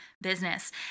business